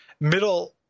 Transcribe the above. middle